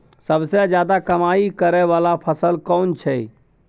सबसे ज्यादा कमाई करै वाला फसल कोन छै?